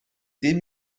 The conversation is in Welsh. dim